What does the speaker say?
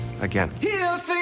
again